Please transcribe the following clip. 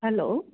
hello